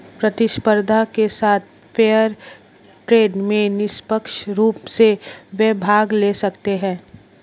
प्रतिस्पर्धा के साथ फेयर ट्रेड में निष्पक्ष रूप से वे भाग ले सकते हैं